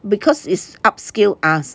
because it upskill us